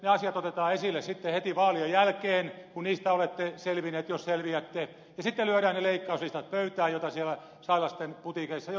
ne asiat otetaan esille sitten heti vaalien jälkeen kun niistä olette selvinneet jos selviätte ja sitten lyödään pöytään ne leikkauslistat joita siellä sailasten putiikeissa jo tehdään